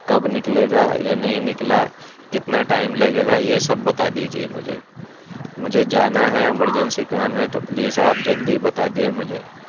کب نکلے گا یا نہیں نکلا کتنا ٹائم لگے گا یہ سب بتا دیجیے مجھے مجھے جانا ہے ایمرجنسی کام ہے تو پلیز آپ جلدی بتا دیں مجھے